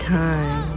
time